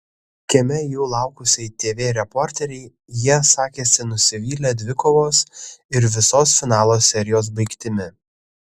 kieme jų laukusiai tv reporterei jie sakėsi nusivylę dvikovos ir visos finalo serijos baigtimi